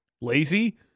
Lazy